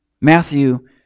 Matthew